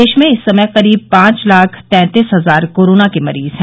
देश में इस समय करीब पांच लाख तैंतीस हजार कोरोना के मरीज हैं